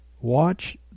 watch